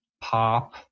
pop